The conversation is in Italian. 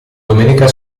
domenica